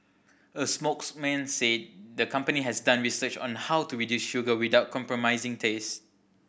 a spokesman said the company has done research on how to reduce sugar without compromising taste